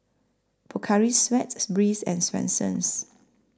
Pocari Sweat Breeze and Swensens